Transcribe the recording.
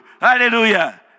Hallelujah